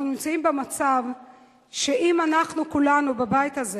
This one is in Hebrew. אנחנו נמצאים במצב שאם אנחנו כולנו בבית הזה